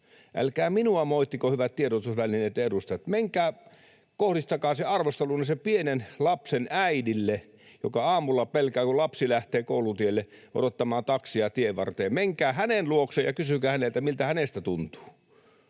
Älkää minua moittiko, hyvät tiedotusvälineitten edustajat, kohdistakaa se arvostelunne sille pienen lapsen äidille, joka aamulla pelkää, kun lapsi lähtee koulutielle, odottamaan taksia tienvarteen. Menkää hänen luokseen ja kysykää häneltä, miltä hänestä tuntuu.